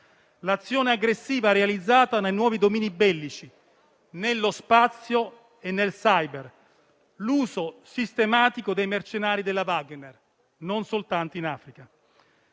l'azione aggressiva realizzata nei nuovi domini bellici, nello spazio e nel *cyber* e l'uso sistematico dei mercenari della Wagner, non soltanto in Africa.